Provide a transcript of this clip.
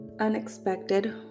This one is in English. unexpected